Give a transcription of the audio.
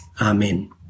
Amen